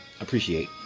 appreciate